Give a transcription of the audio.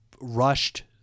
rushed